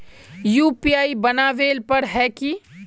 UPI बनावेल पर है की?